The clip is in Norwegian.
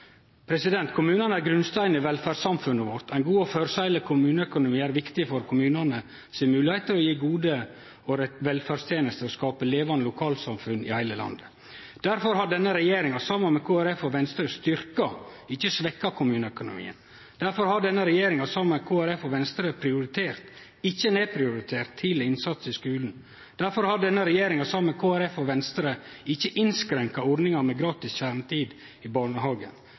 Kommunane er grunnsteinen i velferdssamfunnet vårt. Ein god og føreseieleg kommuneøkonomi er viktig for moglegheita for kommunane til å gje gode velferdstenester og skape levande lokalsamfunn i heile landet. Difor har denne regjeringa saman med Kristeleg Folkeparti og Venstre styrkt, ikkje svekt, kommuneøkonomien. Difor har denne regjeringa saman med Kristeleg Folkeparti og Venstre prioritert, ikkje nedprioritert, tidleg innsats i skulen. Difor har denne regjeringa saman med Kristeleg Folkeparti og Venstre ikkje innskrenka ordninga med gratis kjernetid i barnehagen.